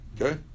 Okay